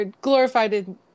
glorified